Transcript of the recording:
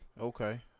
Okay